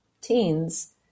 teens